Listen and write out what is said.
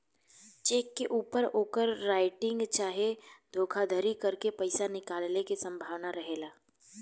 check के ऊपर overwriting चाहे धोखाधरी करके पईसा निकाले के संभावना रहेला